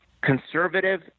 conservative